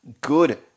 good